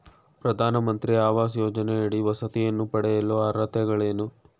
ಪ್ರಧಾನಮಂತ್ರಿ ಆವಾಸ್ ಯೋಜನೆಯಡಿ ವಸತಿಯನ್ನು ಪಡೆಯಲು ಅರ್ಹತೆಗಳೇನು?